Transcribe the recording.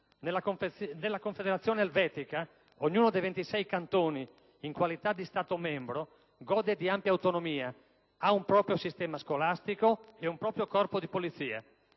Nella Confederazione elvetica ognuno dei 26 Cantoni, in qualità di Stato membro, gode di ampia autonomia, ha un proprio sistema scolastico ed un proprio Corpo di polizia.